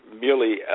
merely